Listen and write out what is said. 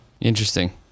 interesting